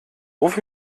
ruf